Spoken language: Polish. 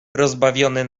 rozbawiony